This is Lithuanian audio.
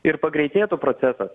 ir pagreitėtų protestas